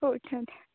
हो ठेवते